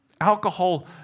Alcohol